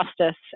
justice